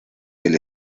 del